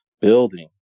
building